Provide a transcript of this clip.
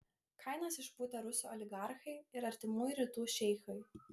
kainas išpūtė rusų oligarchai ir artimųjų rytų šeichai